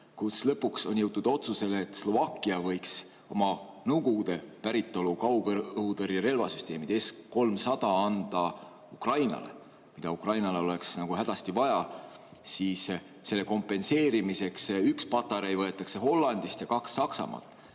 kui lõpuks on jõutud otsusele, et Slovakkia võiks oma Nõukogude päritolu kaugõhutõrje relvasüsteemid S‑300 anda Ukrainale, mida Ukrainal oleks hädasti vaja, siis selle kompenseerimiseks võetakse üks patarei Hollandist ja kaks Saksamaalt.